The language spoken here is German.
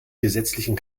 gesetzlichen